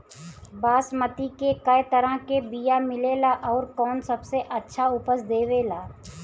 बासमती के कै तरह के बीया मिलेला आउर कौन सबसे अच्छा उपज देवेला?